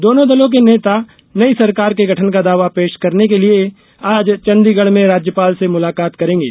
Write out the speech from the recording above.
दोनों दलों के नेता नई सरकार के गठन का दावा पेश करने के लिए आज चंडीगढ़ में राज्यपाल से मुलाकात करेंगे